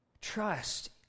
Trust